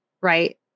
right